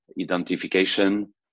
identification